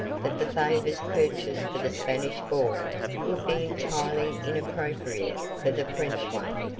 that the favors purchased for the spanish ball would be entirely inappropriate for the french one.